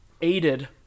Aided